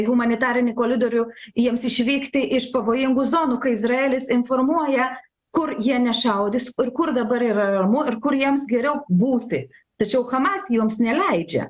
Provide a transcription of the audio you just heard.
humanitarinį kolidorių jiems išvykti iš pavojingų zonų kai izraelis informuoja kur jie nešaudys ir kur dabar yra ramu ir kur jiems geriau būti tačiau hamas joms neleidžia